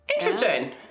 Interesting